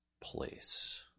place